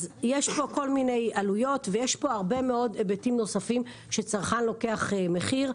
יש פה כל מיני עלויות ויש פה הרבה מאוד היבטים נוספים שצרכן לוקח מחיר,